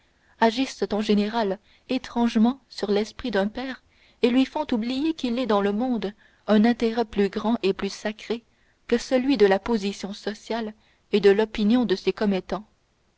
agissent en général étrangement sur l'esprit d'un père et lui font oublier qu'il est dans le monde un intérêt plus grand et plus sacré que celui de la position sociale et de l'opinion de ses commettants